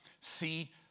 See